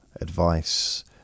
advice